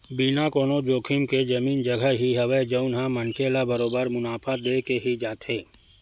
बिना कोनो जोखिम के जमीन जघा ही हवय जउन ह मनखे ल बरोबर मुनाफा देके ही जाथे